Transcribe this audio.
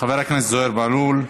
חבר הכנסת זוהיר בהלול.